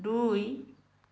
দুই